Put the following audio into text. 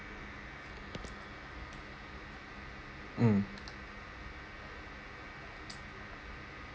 mm